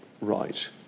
right